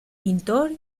pintor